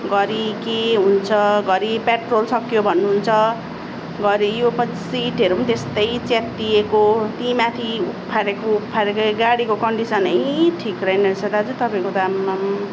घरि के हुन्छ घरि पेट्रोल सक्यो भन्नुहुन्छ घरि यो पनि सिटहरू पनि त्यस्तै च्यातिएको तीमाथि उफारेको उफारेकै गाडीको कन्डिसनै ठिक छैन रहेछ दाजु तपाईको त आम्माम्